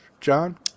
John